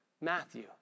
Matthew